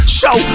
show